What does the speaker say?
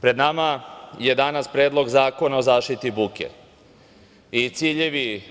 pred nama je danas Predlog Zakona o zaštiti buke i ciljevi